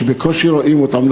שבקושי רואים אותן,